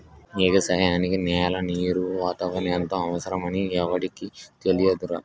ఎగసాయానికి నేల, నీరు, వాతావరణం ఎంతో అవసరమని ఎవుడికి తెలియదురా